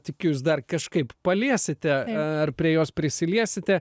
tik jūs dar kažkaip paliesite ar prie jos prisiliesite